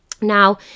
now